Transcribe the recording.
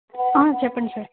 చెప్పండి సార్